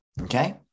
okay